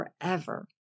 forever